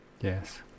yes